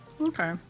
Okay